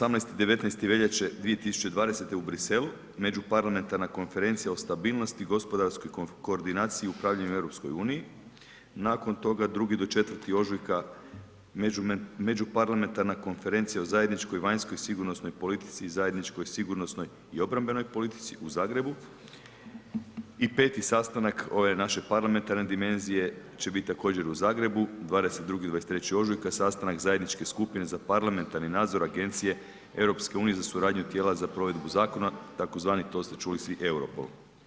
Prvo, 18. i 19. veljače 2020. u Briselu, Međuparlamentarna konferencija o stabilnosti i gospodarskoj koordinaciji upravljanja u EU, nakon toga 2. do 4. ožujka Međuparlamentarna konferencija o zajedničkoj vanjskoj i sigurnosnoj politici i zajedničkoj sigurnosnoj i obrambenoj politici u Zagrebu i peti sastanak ove naše parlamentarne dimenzije će bit također u Zagrebu 22. i 23. ožujka, sastanak zajedničke skupine za parlamentarni nadzor Agencije EU za suradnju tijela za provedbu zakona tzv., to ste čuli svi, Europol.